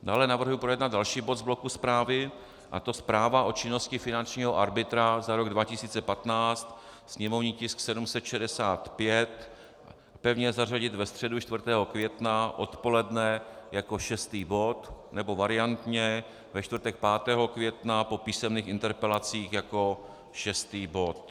Dále navrhuji projednat další bod z bloku zprávy, a to Zpráva o činnosti finančního arbitra za rok 2015, sněmovní tisk 765, pevně zařadit ve středu 4. května odpoledne jako šestý bod, nebo variantně ve čtvrtek 5. května po písemných interpelacích jako šestý bod.